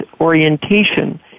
orientation